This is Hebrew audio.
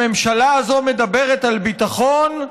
הממשלה הזאת מדברת על ביטחון.